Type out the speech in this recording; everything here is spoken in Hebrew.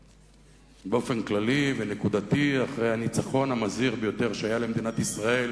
באופן כללי ונקודתי אחרי הניצחון המזהיר ביותר שהיה למדינת ישראל